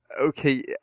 Okay